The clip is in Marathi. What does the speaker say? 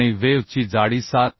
आणि वेव्ह ची जाडी 7